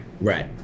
Right